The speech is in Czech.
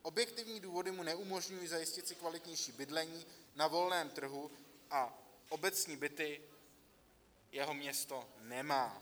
Objektivní důvody mu neumožňují zajistit si kvalitnější bydlení na volném trhu a obecní byty jeho město nemá.